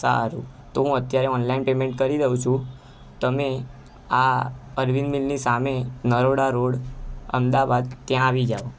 સારું તો હું અત્યારે ઓનલાઇન પેમેન્ટ કરી દઉં છું તમે આ અરવિંદ મિલની સામે નરોડા રોડ અમદાવાદ ત્યાં આવી જાવ